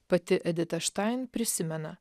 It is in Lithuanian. pati edita štain prisimena